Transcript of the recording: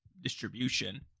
distribution